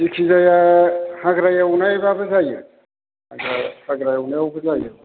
जेखिजाया हाग्रा एवनाय बाबो जायो हाग्रा हाग्रा एवनायावबो जायो